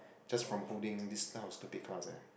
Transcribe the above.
just from holding this type of stupid class eh